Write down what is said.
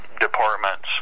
departments